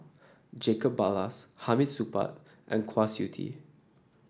Jacob Ballas Hamid Supaat and Kwa Siew Tee